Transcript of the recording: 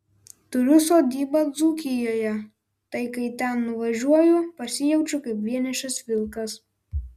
turiu sodybą dzūkijoje tai kai ten nuvažiuoju pasijaučiu kaip vienišas vilkas